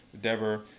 Dever